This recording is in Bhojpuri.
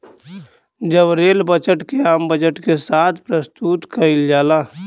अब रेल बजट के आम बजट के साथ प्रसतुत कईल जाला